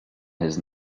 his